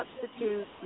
substitute